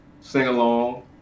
sing-along